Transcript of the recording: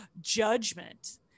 Judgment